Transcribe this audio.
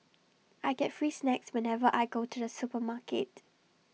I get free snacks whenever I go to the supermarket